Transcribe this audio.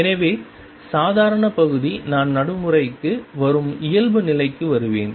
எனவே சாதாரண பகுதி நான் நடைமுறைக்கு வரும் இயல்பு நிலைக்கு வருவேன்